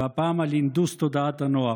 והפעם על הנדוס תודעת הנוער: